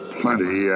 plenty